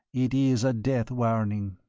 it is a death warning!